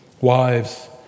Wives